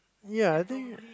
ya I think